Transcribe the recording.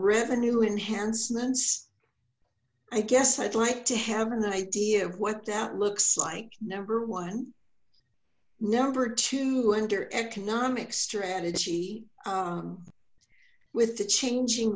revenue enhancements i guess i'd like to have an idea of what that looks like number one number two under economic strategy with the changing